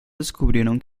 descubrieron